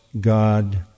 God